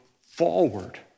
forward